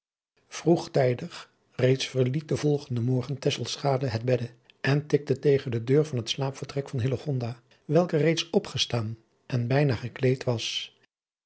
vroegtijdig reeds verliet den volgenden morgen tesselschade het bedde en tikte tegen de deur van het slaapvertrek van hillegonda welke reeds opgestaan en bijna gekleed was